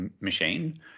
Machine